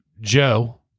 Joe